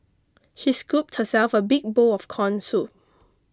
she scooped herself a big bowl of Corn Soup